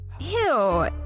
Ew